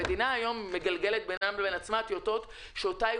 המדינה היום מגלגלת בינה לבין עצמה טיוטות שאותן היא